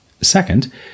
second